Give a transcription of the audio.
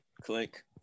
Click